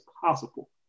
possible